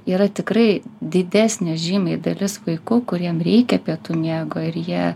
yra tikrai didesnė žymiai dalis vaikų kuriem reikia pietų miego ir jie